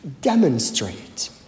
demonstrate